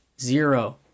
zero